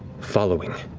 following.